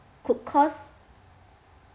could cost